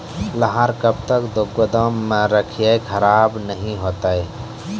लहार कब तक गुदाम मे रखिए खराब नहीं होता?